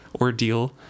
ordeal